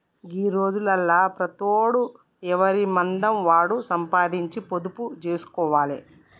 గీ రోజులల్ల ప్రతోడు ఎవనిమందం వాడు సంపాదించి పొదుపు జేస్కోవాలె